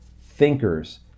thinkers